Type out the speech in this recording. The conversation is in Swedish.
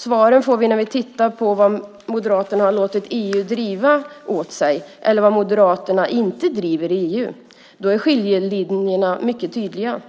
Svaren får vi när vi tittar på vad Moderaterna har låtit EU driva åt sig eller vad Moderaterna inte driver i EU. Då är skiljelinjerna mycket tydliga.